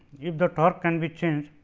if the torque can be changed